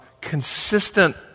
consistent